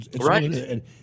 Right